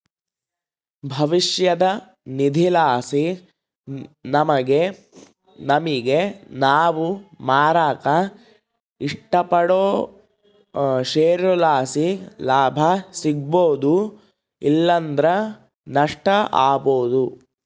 ಭವಿಷ್ಯದ ನಿಧಿಲಾಸಿ ನಮಿಗೆ ನಾವು ಮಾರಾಕ ಇಷ್ಟಪಡೋ ಷೇರುಲಾಸಿ ಲಾಭ ಸಿಗ್ಬೋದು ಇಲ್ಲಂದ್ರ ನಷ್ಟ ಆಬೋದು